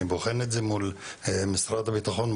אני בוחן את זה מול משרד הביטחון,